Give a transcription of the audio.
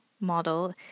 model